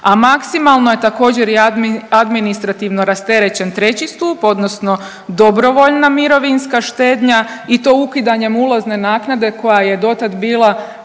a maksimalno je također i administrativno rasterećen treći stup odnosno dobrovoljna mirovinska štednja i to ukidanjem ulazne naknade koja je dotad bila